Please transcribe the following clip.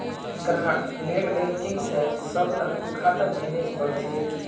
ग्राहक नेटबैंकिंग स सबला खाता मैनेज कर छेक